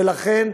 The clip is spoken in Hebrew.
ולכן,